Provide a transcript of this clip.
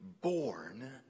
born